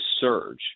surge